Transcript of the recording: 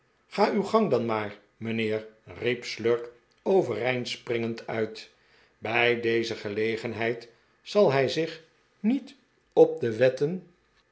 ga uw gang dan maar mijnheer riep slurk overeind springend uit bij deze gelegenheid zal hij zich niet op de wetten